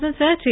2030